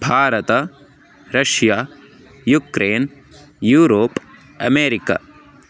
भारतम् Russia Ukraine Europe America